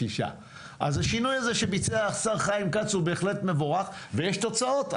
אז השינוי הזה שביצע השר חיים כץ הוא בהחלט מבורך ויש תוצאות,